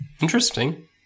interesting